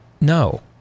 no